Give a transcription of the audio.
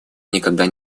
никогда